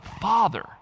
father